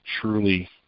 truly